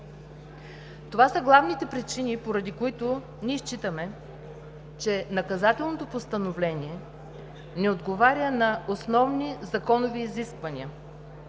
Това са главните причини, поради които ние считаме, че наказателното постановление не отговаря на основни законови изисквания,